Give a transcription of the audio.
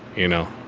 you know.